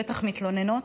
בטח מתלוננות.